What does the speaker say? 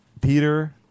Peter